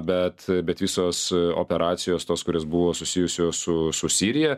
bet bet visos operacijos tos kurios buvo susijusios su su sirija